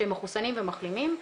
שהם מחוסנים ומחלימים.